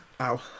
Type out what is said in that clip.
Ow